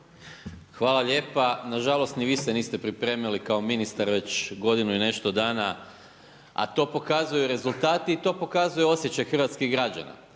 Hvala lijepa. Nažalost, ni vi se niste pripremili, kao ministar već godinu i nešto dana, a to pokazuju rezultati i to pokazuje osjećaj hrvatskih građana.